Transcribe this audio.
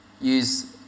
use